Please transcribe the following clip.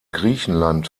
griechenland